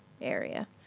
area